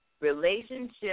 Relationship